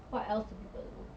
what else do people do